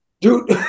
Dude